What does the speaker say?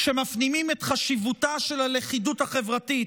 שמפנימים את חשיבותה של הלכידות החברתית,